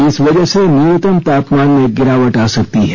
इस वजह से न्यूनतम तापमान में गिरावट आ सकती है